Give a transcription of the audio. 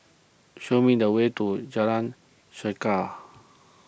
show me the way to Jalan Chegar